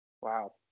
Wow